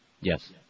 Yes